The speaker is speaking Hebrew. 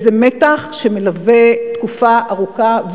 זה מתח שמלווה תקופה ארוכה,